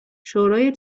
شورای